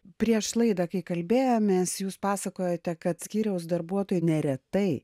prieš laidą kai kalbėjomės jūs pasakojote kad skyriaus darbuotojai neretai